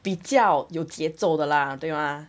比较有节奏的 lah 对吗